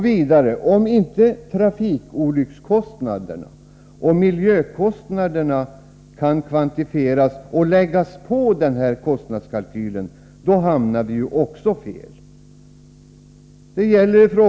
Vidare: Om inte trafikolycksfallskostnaderna och miljökostnaderna kvantifieras och läggs på kostnadskalkylen hamnar vi också i det avseendet fel.